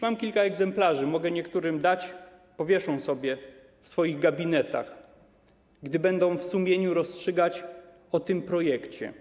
Mam kilka egzemplarzy, mogę niektórym dać, powieszą sobie w swoich gabinetach, gdy będą w sumieniu rozstrzygać o tym projekcie.